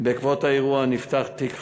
בעקבות האירוע נפתח תיק חקירה,